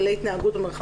נרכז את כל ההערות ולאחר